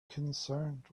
concerned